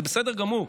זה בסדר גמור,